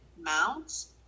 mounts